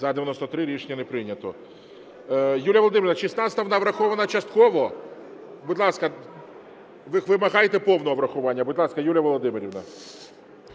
За-93 Рішення не прийнято. Юлія Володимирівна, 16-а, вона врахована частково. Будь ласка, вимагайте повного врахування. Будь ласка, Юлія Володимирівна.